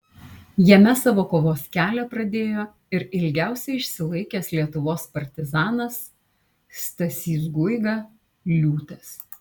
jame savo kovos kelią pradėjo ir ilgiausiai išsilaikęs lietuvos partizanas stasys guiga liūtas